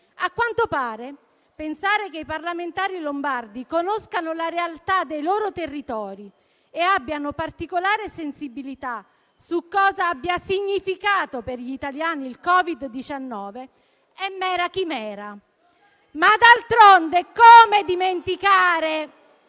A quanto pare, pensare che i parlamentari lombardi conoscano la realtà dei loro territori e abbiano particolare sensibilità su cosa abbia significato per gli italiani il Covid-19 è mera chimera *(Commenti)*, ma, d'altronde, come dimenticare